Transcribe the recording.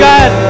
God